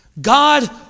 God